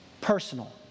Personal